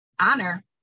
honor